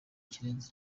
kirenze